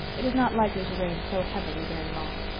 it is not likely to rain so heavily very long.